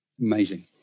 amazing